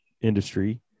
industry